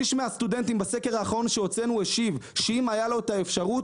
שליש מהסטודנטים בסקר האחרון שהוצאנו השיב שאם היה לו את האפשרות,